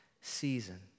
season